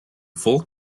full